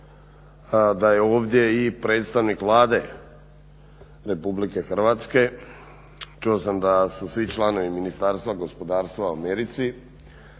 da je ovdje i predstavnik Vlade Republike Hrvatske. Čuo sam da su svi članovi Ministarstva gospodarstva u Americi,